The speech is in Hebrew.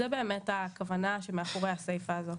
זה באמת הכוונה שמאחורי הסיפה הזו.